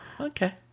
Okay